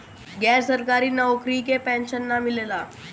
गैर सरकारी नउकरी में पेंशन ना मिलेला